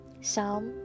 Psalm